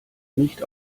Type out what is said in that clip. nicht